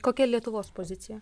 kokia lietuvos pozicija